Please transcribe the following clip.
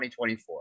2024